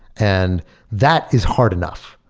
and that is hard enough.